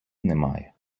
немає